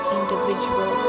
individual